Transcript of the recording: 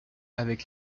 avec